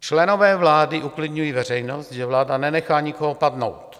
Členové vlády uklidňují veřejnost, že vláda nenechá nikoho padnout.